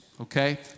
okay